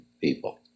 people